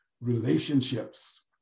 relationships